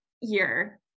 year